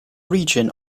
region